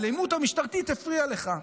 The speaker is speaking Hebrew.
האלימות המשטרתית הפריעה לך,